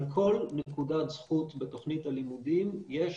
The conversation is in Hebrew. על כל נקודת זכות בתוכנית הלימודים יש